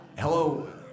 Hello